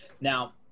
now